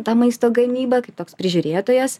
tą maisto gamybą kaip toks prižiūrėtojas